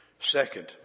Second